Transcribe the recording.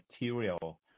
material